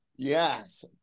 Yes